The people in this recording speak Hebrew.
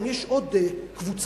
גם יש עוד קבוצה,